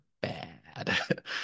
bad